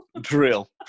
drill